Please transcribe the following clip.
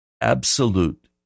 absolute